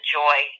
joy